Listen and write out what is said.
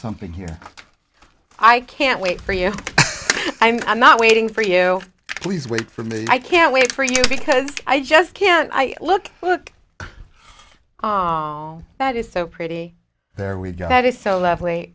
something here i can't wait for you i'm not waiting for you please wait for me i can't wait for you because i just can't i look look all that is so pretty there we go that is so lovely